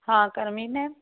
ਹਾਂ ਕਰਮੀ ਮੈਮ